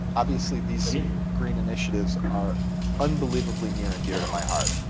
obviously these green initiatives are unbelievably near and dear to my heart.